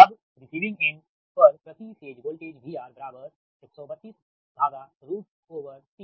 अब receiving end पर प्रति फेज वोल्टेज VR 1323